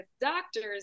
doctors